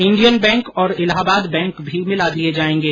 Indian bank और Allahabad bank भी मिला दिए जाएंगे